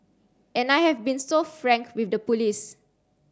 and I have been so frank with the police